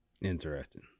Interesting